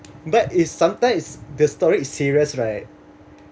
but is sometimes is the story is serious right